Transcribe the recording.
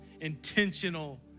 intentional